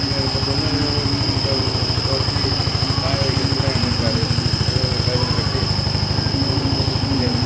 எங்களை பொறுத்தவரையிலையும் இந்த தொவைச்சு காய வைக்கிறதுக்குகூட இடம் இருக்காது எதோ ஒரு கவுரு கட்டி ஊர் வீட்டு உள்ளக்க